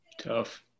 Tough